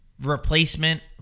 replacement